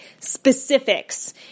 specifics